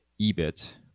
EBIT